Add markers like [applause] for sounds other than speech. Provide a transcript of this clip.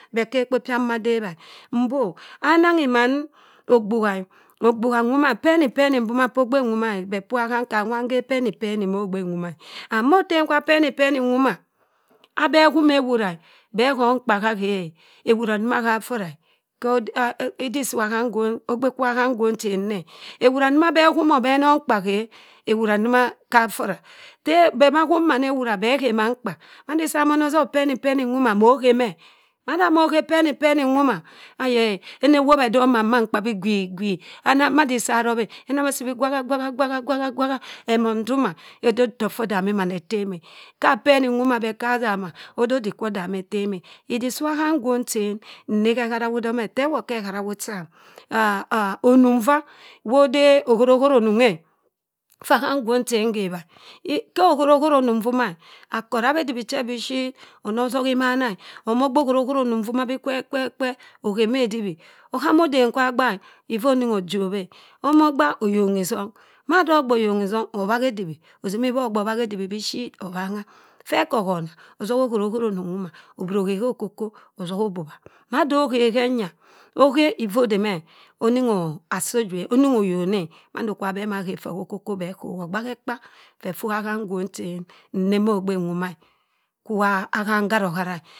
. Beh kha ekpo pia mmok adebha e. mbo ananghi mann ogbugha e, oghuha nwoma e, penny penny mboma p'ogbe nwoma e. beh p'iwa, hm wa nghep penny penny m'ogbe nwoma e. And motem kwa penny penny nwoma dabeh humoh ewura e, beh ho mkpa ha akhe e, ewura assima affora e. Ha idik siwaa ham nwong chen nne. ewura ndo ma beh humo beh noh mkpa aghe ewura ndoma ha affira e. Teh beh ma humi mann ewura beh khe mann nka. odisa mo tok penny penny nwoma, moghen meh. Ada mo ghe penny penny nwo ma, ayie enne wobha edop mann mankpah beh gwi gwi. madisa arop eh aname esi bih gwaha gwaha gwaha gwaha. Emong ndo nya edeh ofok ffo adami mann etem eh. Kha penny nwoma beh aka azama ode odik kwo odamo etem e. idik si kham ngwong chen nne gha eharawu domeh e. t'ewot khe eharawu chan, [unintelligible] anung vaa wa ode ohoro horo nung ehe. ffa ham ngwung chen nhebha e. Ho ahoro horo nung voma e, aka arabha che bishit. anosoha immana omo ogba ohoro horo nung nvoma bi kwerr kwerr kwerr oghe meh edibhi. ohama odem kwa agba iffa onigho ajobhi e omo ogba, oyonghi itong. mada ogba ayonghi isong abhahi edibhi osimi ibhorr-gba obhabhi edibhi bishit obhangha phe kohona, osoha ohorohoro nung nvomo obra oyiha mo okokong osoha obubha mada okhe henya oghe iffa odemeh oningha assi oju e. Oning oyone e. mando kwa beh ma ghe kho okongkong oghaha ekpa. weh kwu iwa ham nwong chen nne m'ogbe nwoma e da iwa nharohara e.